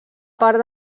part